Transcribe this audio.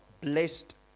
blessed